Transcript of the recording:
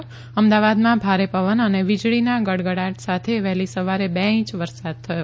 અમદાવાદમાં ભારે પવન અને વીજળીના ગડગડાટ સાથે વહેલી સવારે બે ઇંચ વરસાદ થયો